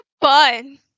fun